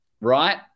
Right